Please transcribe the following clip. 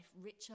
richer